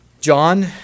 John